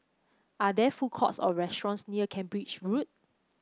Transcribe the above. are there food courts or restaurants near Cambridge Road